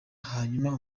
hanyuma